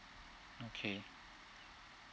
okay